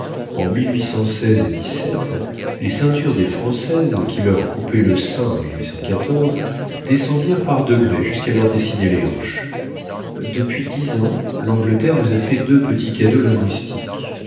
en les ceintures des françaises qui leur coupaient le descendirent par degrés jusqu'à leur dessiner les hanches depuis dix ans l'angleterre nous a fait deux petits cadeaux linguistiques